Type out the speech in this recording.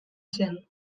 zen